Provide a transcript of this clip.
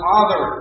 Father